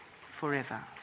forever